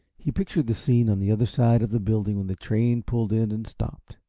he pictured the scene on the other side of the building when the train pulled in and stopped.